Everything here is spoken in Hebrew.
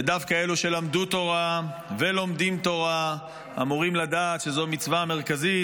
ודווקא אלה שלמדו תורה ולומדים תורה אמורים לדעת שזו מצווה מרכזית,